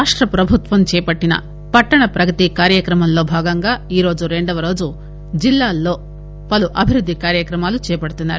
రాష్టప్రభుత్వం చేపట్టిన పట్టణ ప్రగతి కార్యక్రమంలో భాగంగా ఈరోజు రెండవ రోజు జిల్లాలలో పలు అభివృద్ధికార్యక్రమాలు చేపడుతున్నారు